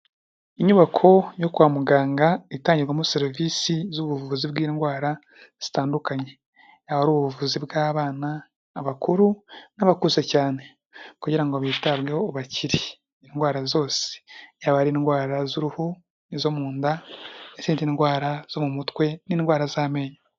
Inyubako yo kwa muganga itangirwamo serivisi z'ubuvuzi bw'indwara zitandukanye, yaba ari ubuvuzi bw'abana, abakuru, n'abakuze cyane, kugirango bitabweho bakire indwara zose, yaba indwara z'uruhu, n'izo mu nda n'izindi ndwara zo mu mutwe, n'indwara z'amenyo.